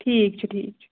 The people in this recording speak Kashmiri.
ٹھیٖک چھُ ٹھیٖک چھُ